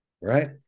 right